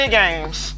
games